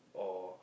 or